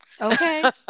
okay